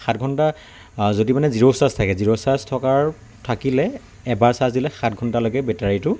সাত ঘণ্টা যদি মানে জিৰ' চাৰ্জ থাকে জিৰ' চাৰ্জ থকাৰ থাকিলে এবাৰ চাৰ্জ দিলে সাত ঘণ্টালৈকে বেটাৰীটো